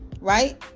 right